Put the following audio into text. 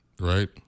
right